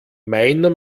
meiner